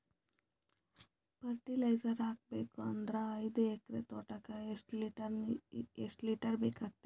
Fertiliser ಹಾಕಬೇಕು ಅಂದ್ರ ಐದು ಎಕರೆ ತೋಟಕ ಎಷ್ಟ ಲೀಟರ್ ಬೇಕಾಗತೈತಿ?